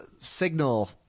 signal